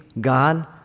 God